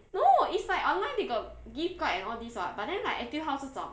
no it's like online they got gift card and all this [what] but then like Etude House 这种